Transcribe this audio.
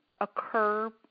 occur